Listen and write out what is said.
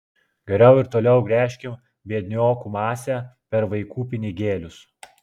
geriau ir toliau gręžkim biedniokų masę per vaikų pinigėlius